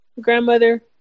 grandmother